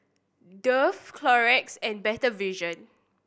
Dove Clorox and Better Vision